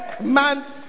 months